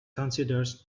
considers